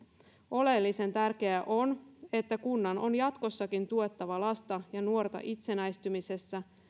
oleellisen tärkeää on että kunnan on jatkossakin tuettava lasta ja nuorta itsenäistymisessä